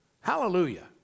Hallelujah